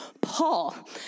Paul